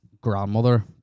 grandmother